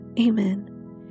Amen